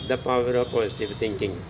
the power of positive thinking